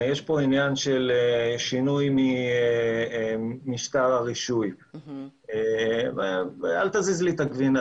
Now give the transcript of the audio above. יש פה עניין של שינוי משטר הרישוי: אל תזיז לי את הגבינה,